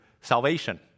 salvation